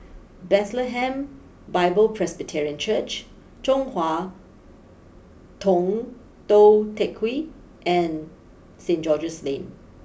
Bethlehem Bible Presbyterian Church Chong Hua Tong Tou Teck Hwee and Saint George's Lane